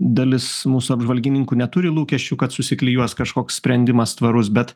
dalis mūsų apžvalgininkų neturi lūkesčių kad susiklijuos kažkoks sprendimas tvarus bet